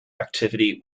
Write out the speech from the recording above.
activity